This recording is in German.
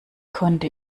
konnte